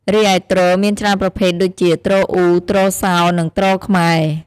រីឯទ្រ មានច្រើនប្រភេទដូចជា ទ្រអ៊ូ ទ្រសោ និង ទ្រខ្មែរ។